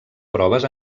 proves